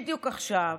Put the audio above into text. בדיוק עכשיו,